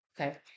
Okay